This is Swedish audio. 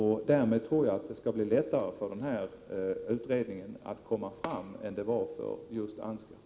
Därmed tror jag att det skall bli lättare för denna utredning att komma fram till resultat än det var för Ansgar-gruppen.